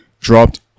dropped